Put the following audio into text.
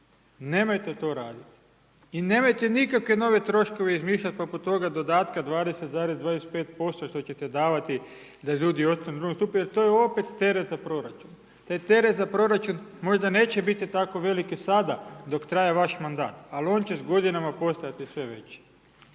Nemojte to raditi i nemojte nikakve nove troškove izmišljat poput toga dodatka 20,25% što ćete davati da ljudi ostanu u II. stupu jer to je opet teret za proračun. Taj teret za proračun možda neće biti tako veliki sada dok traje vaš mandat, ali on će s godinama postajati sve veći.